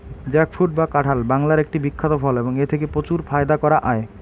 jackfruit বা কাঁঠাল বাংলার একটি বিখ্যাত ফল এবং এথেকে প্রচুর ফায়দা করা য়ায়